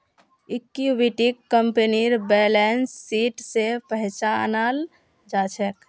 इक्विटीक कंपनीर balance sheet स पहचानाल जा छेक